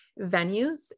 venues